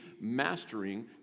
mastering